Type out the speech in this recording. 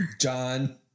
John